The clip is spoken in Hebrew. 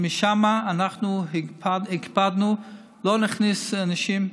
ומשם אנחנו הקפדנו לא להכניס אנשים,